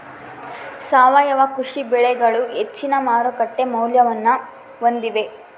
ಸಾವಯವ ಕೃಷಿ ಬೆಳೆಗಳು ಹೆಚ್ಚಿನ ಮಾರುಕಟ್ಟೆ ಮೌಲ್ಯವನ್ನ ಹೊಂದಿವೆ